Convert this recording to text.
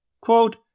Quote